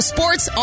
Sports